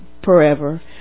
forever